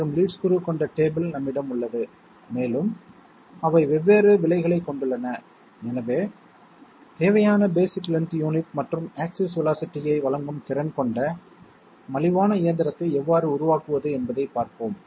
மற்றும் lead screw கொண்ட table நம்மிடம் உள்ளது மேலும் அவை வெவ்வேறு விலைகளைக் கொண்டுள்ளன எனவே தேவையான பேஸிக் லென்த் யூனிட் மற்றும் ஆக்ஸிஸ் வேலோஸிட்டி ஐ வழங்கும் திறன் கொண்ட மலிவான இயந்திரத்தை எவ்வாறு உருவாக்குவது என்பதைப் பார்ப்போம்